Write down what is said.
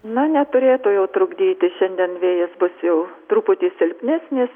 na neturėtų jau trukdyti šiandien vėjas bus jau truputį silpnesnis